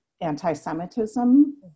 anti-Semitism